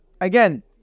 Again